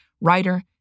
writer